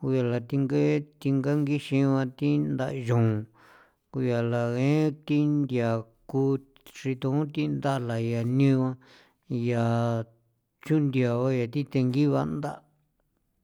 guyaa la thi ngee thinganginxin ba thi ndaxon kuyala ngee thi nthia kuchriton thi ndala ya negu yaa chunthia ba yaa thi tengi ba nda'.